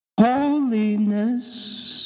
Holiness